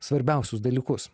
svarbiausius dalykus